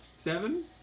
Seven